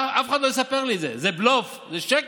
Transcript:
שאף אחד לא יספר לי את זה, זה בלוף, זה שקר.